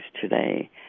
today